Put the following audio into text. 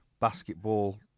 basketball